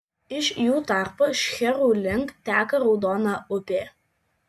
iš jų tarpo šcherų link teka raudona upė